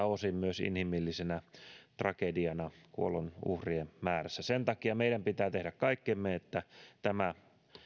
osin myös inhimillisenä tragediana kuolonuhrien määrässä sen takia meidän pitää tehdä kaikkemme että tämä